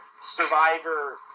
Survivor